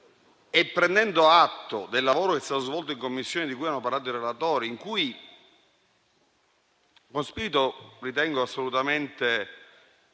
prendere atto del lavoro che è stato svolto in Commissione, di cui hanno parlato i relatori, in cui con spirito - ritengo - assolutamente